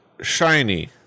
Shiny